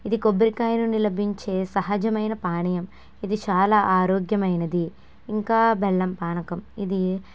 ఇది కొబ్బరికాయ నుండి లభించే సహజమైన పానియం ఇది చాలా ఆరోగ్యమైనది ఇంకా బెల్లం పానకం ఇది